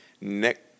Next